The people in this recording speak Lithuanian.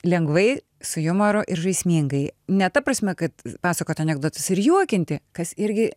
lengvai su jumoru ir žaismingai ne ta prasme kad pasakot anekdotus ir juokinti kas irgi